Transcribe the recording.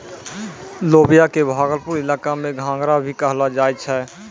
लोबिया कॅ भागलपुर इलाका मॅ घंघरा भी कहलो जाय छै